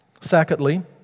Secondly